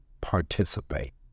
participate